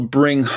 bring